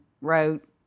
wrote